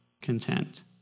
content